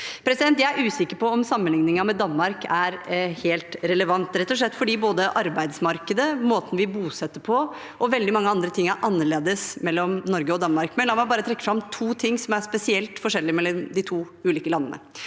Jeg er usikker på om sammenligningen med Danmark er helt relevant, rett og slett fordi både arbeidsmarkedet, måten vi bosetter på, og veldig mange andre ting er forskjellig mellom Norge og Danmark. La meg bare trekke fram to ting som spesielt er forskjellig mellom de to ulike landene.